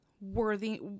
worthy